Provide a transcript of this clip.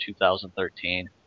2013